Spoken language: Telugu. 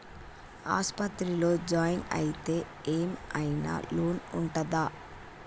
ఆస్పత్రి లో జాయిన్ అయితే ఏం ఐనా లోన్ ఉంటదా?